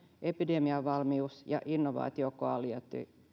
epidemiavalmiusinnovaatiokoalitio